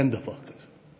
אין דבר כזה.